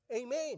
Amen